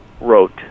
wrote